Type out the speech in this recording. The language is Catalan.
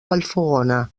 vallfogona